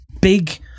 big